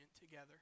together